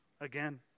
again